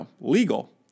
legal